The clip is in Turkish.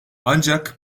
ancak